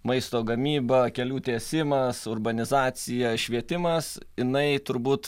maisto gamyba kelių tiesimas urbanizacija švietimas jinai turbūt